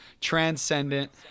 transcendent